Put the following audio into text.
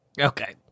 Okay